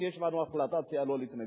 כי יש לנו החלטת סיעה לא להתנגד,